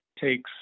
takes